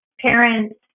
parents